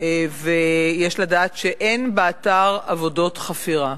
ויש לדעת שאין באתר עבודות חפירה.